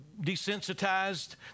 desensitized